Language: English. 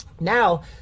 Now